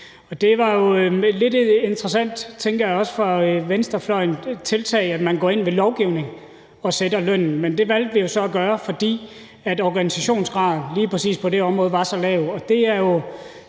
Det var jo et lidt interessant – det tænker jeg også det må have været for venstrefløjen – tiltag at gå ind med lovgivning og fastsætte lønnen, men det valgte vi så at gøre, fordi organisationsgraden lige præcis på det område var så lav. Det er jo